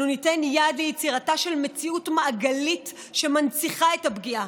אנו ניתן יד ליצירתה של מציאות מעגלית שמנציחה את הפגיעה,